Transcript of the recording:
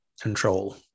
control